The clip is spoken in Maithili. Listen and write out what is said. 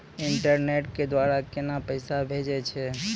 इंटरनेट के द्वारा केना पैसा भेजय छै?